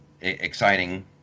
exciting